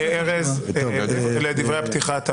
ארז, דברי הפתיחה.